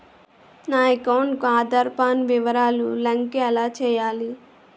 నా అకౌంట్ కు ఆధార్, పాన్ వివరాలు లంకె ఎలా చేయాలి?